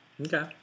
Okay